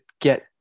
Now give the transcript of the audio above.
get